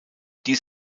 dies